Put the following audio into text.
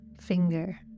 finger